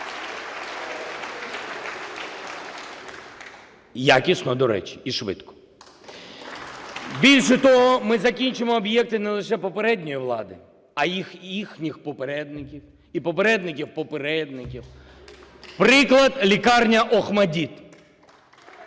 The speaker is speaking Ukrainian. Якісно, до речі, і швидко. Більше того, ми закінчуємо об'єкти не лише попередньої влади, а і їхніх попередників, і попередників попередників. Приклад – лікарня "ОХМАТДИТ",